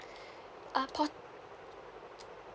uh port~